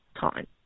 time